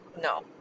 No